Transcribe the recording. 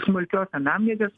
smulkios anamnezės